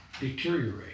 deteriorate